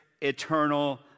eternal